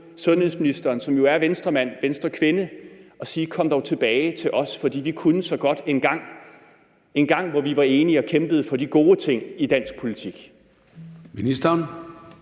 sundhedsministeren, som jo er Venstrekvinde, og sige: Kom dog tilbage til os, for vi kunne så godt en gang, dengang hvor vi var enige og kæmpede for de gode ting i dansk politik.